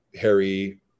Harry